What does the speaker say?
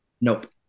Nope